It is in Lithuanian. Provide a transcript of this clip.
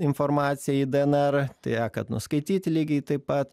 informacijai dnr tiek kad nuskaityti lygiai taip pat